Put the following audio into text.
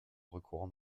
recourant